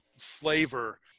flavor